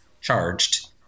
charged